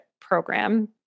Program